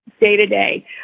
day-to-day